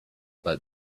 but